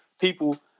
people